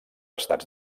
estats